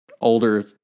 older